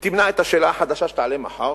תמנע את השאלה החדשה שתעלה מחר?